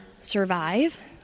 survive